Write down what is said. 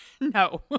no